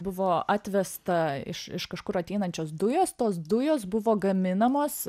buvo atvesta iš iš kažkur ateinančios dujos tos dujos buvo gaminamos